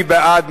מי בעד?